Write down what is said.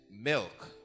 milk